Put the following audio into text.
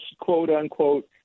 quote-unquote